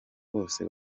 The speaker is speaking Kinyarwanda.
bose